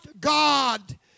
God